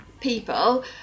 people